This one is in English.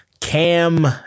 Cam